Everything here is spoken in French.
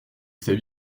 sait